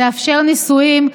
תאפשר ניסויים,